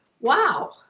wow